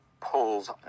pulls